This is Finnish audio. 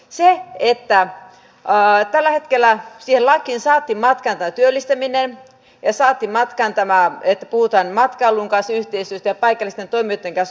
tällä hetkellä siihen lakiin saatiin matkaan tämä työllistäminen ja saatiin matkaan tämä että puhutaan matkailun kanssa yhteistyöstä ja paikallisten toimijoiden kanssa yhteistyöstä